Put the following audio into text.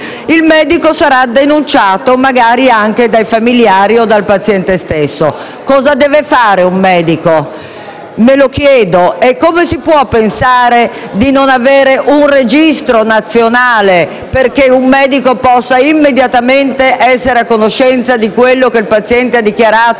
il medico sarà denunciato, magari anche dai familiare o dal paziente stesso. Cosa deve fare allora un medico? Me lo chiedo. E come si può pensare di non avere un registro nazionale, perché un medico possa immediatamente essere a conoscenza di quanto il paziente ha dichiarato